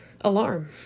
alarm